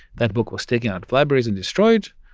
that book was taken out of libraries and destroyed.